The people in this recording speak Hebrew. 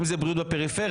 אם זה בריאות בפריפריה.